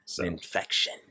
infection